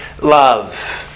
love